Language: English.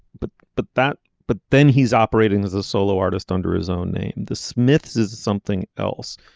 but but that. but then he's operating as a solo artist under his own name. the smiths is something else.